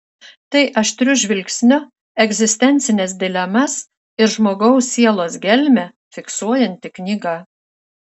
tai aštriu žvilgsniu egzistencines dilemas ir žmogaus sielos gelmę fiksuojanti knyga